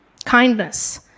Kindness